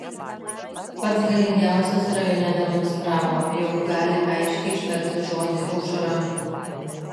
pats galingiausias rajone demonstravo jog gali aiškiai ištarti žodį aušra